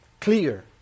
clear